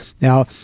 Now